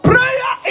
Prayer